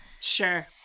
Sure